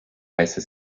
heiße